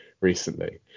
recently